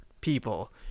people